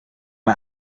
man